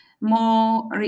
more